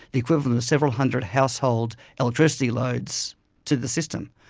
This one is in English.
the equivalent of several hundred household electricity loads to the system.